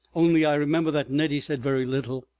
only i remember that nettie said very little,